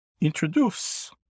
introduce